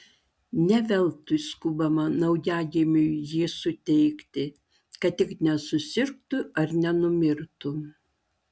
ne veltui skubama naujagimiui jį suteikti kad tik nesusirgtų ar nenumirtų